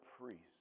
priests